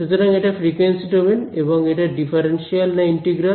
সুতরাং এটা frequency domain এবং এটা ডিফারেন্সিয়াল না ইন্টিগ্রাল